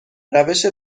روش